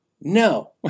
No